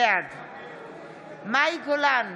בעד מאי גולן,